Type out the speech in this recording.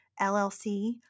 LLC